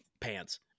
pants